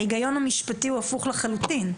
ההיגיון המשפטי הוא הפוך לחלוטין,